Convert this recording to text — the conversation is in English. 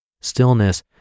Stillness